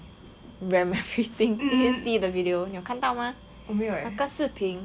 ram everything you got see the video 你有看到吗那个视频